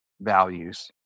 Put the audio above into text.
values